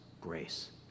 grace